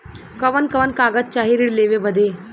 कवन कवन कागज चाही ऋण लेवे बदे?